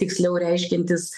tiksliau reiškiantis